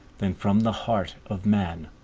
than from the heart of man?